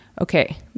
Okay